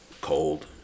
cold